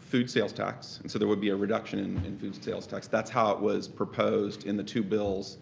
food sales tax and so there would be a reduction in in food sales tax. that's how it was proposed in two bills